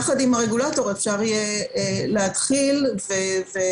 יחד עם הרגולטור אפשר יהיה להתחיל להתכנס